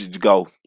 go